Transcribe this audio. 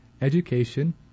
education